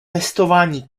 testování